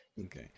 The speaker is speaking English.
Okay